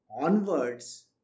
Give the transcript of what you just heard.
onwards